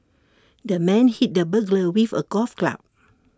the man hit the burglar with A golf club